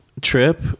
trip